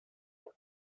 him